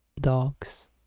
dogs